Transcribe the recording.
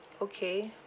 okay